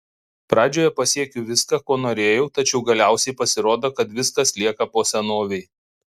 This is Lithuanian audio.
pradžioje pasiekiu viską ko norėjau tačiau galiausiai pasirodo kad viskas lieka po senovei